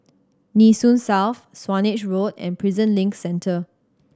Nee Soon South Swanage Road and Prison Link Centre